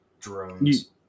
drones